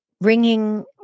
ringing